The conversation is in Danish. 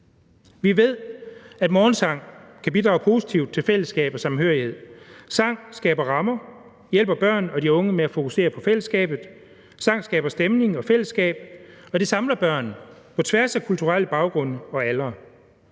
Vi ved, at morgensang kan bidrage positivt til fællesskab og samhørighed. Sang skaber rammer og hjælper børn og de unge med at fokusere på fællesskabet. Sang skaber stemning og fællesskab, og det samler børn på tværs af kulturelle baggrunde og aldre.